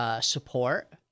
support